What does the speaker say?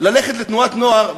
ללכת לתנועת נוער,